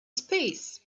space